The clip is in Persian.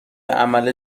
عمل